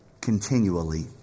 continually